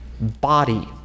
body